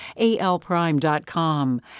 alprime.com